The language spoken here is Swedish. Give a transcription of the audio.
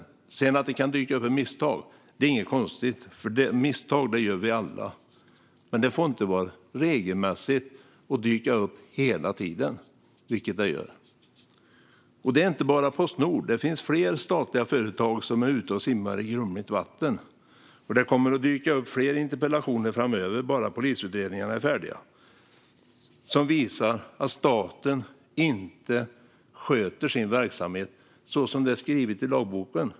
Att det sedan kan dyka upp ett misstag är inget konstigt, för misstag begår vi alla. Men de får inte vara regelmässiga och dyka upp hela tiden, vilket de gör. Och det gäller inte bara Postnord, utan det finns fler statliga företag som är ute och simmar i grumligt vatten. Det kommer att dyka upp fler interpellationer framöver, bara polisutredningarna bli färdiga. Detta visar att staten inte sköter sin verksamhet så som det är skrivet i lagboken.